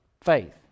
faith